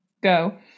Go